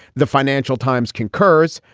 the financial times concurs.